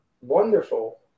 wonderful